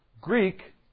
Greek